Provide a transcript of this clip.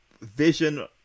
vision